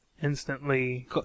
Instantly